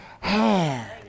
hand